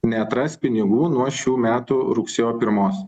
neatras pinigų nuo šių metų rugsėjo pirmos